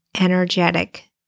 energetic